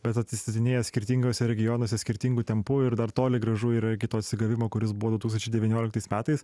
bet atsistatinėja skirtinguose regionuose skirtingu tempu ir dar toli gražu yra iki to atsigavimo kuris buvo du tūkstančiai devynioliktais metais